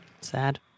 Sad